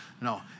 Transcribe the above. No